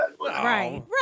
Right